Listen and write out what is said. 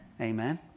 Amen